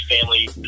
family